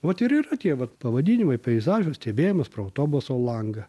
vat ir yra tie vat pavadinimai peizažo stebėjimas pro autobuso langą